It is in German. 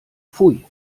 pfui